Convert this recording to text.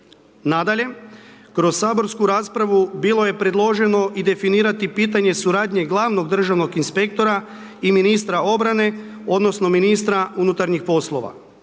Nadalje, kroz saborsku raspravu bilo je predloženo i definirati pitanje suradnje glavnog državnog inspektora i ministra obrane, odnosno ministra unutarnjih poslova.